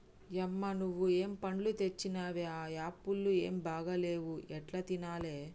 యమ్మ నువ్వు ఏం పండ్లు తెచ్చినవే ఆ యాపుళ్లు ఏం బాగా లేవు ఎట్లా తినాలే